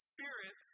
Spirit